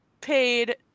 paid